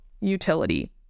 utility